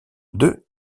deux